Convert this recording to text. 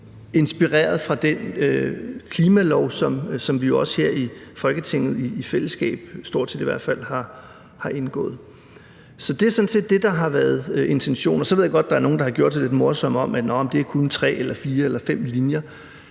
inspireret af den klimalov, som vi også her i Folketinget i fællesskab – stort set – har indgået aftale om. Så det er sådan set det, der har været intentionen. Så ved jeg godt, at der er nogen, der har moret sig med at sige, at det kun er tre eller fire eller fem linjer,